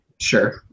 Sure